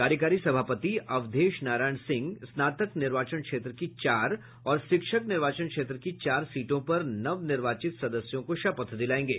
कार्यकारी सभापति अवधेश नारायण सिंह स्नातक निर्वाचन क्षेत्र की चार और शिक्षक निर्वाचन क्षेत्र की चार सीटों पर नवनिर्वाचित सदस्यों को शपथ दिलायेंगे